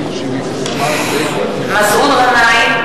גנאים,